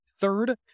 Third